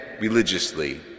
religiously